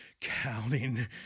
counting